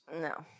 No